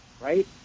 right